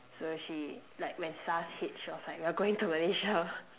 so she like when Sars hit she was like we're going to Malaysia